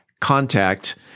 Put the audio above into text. contact